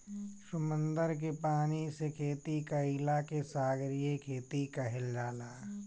समुंदर के पानी से खेती कईला के सागरीय खेती कहल जाला